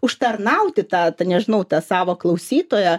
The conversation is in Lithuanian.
užtarnauti tą ta nežinau tą savo klausytoją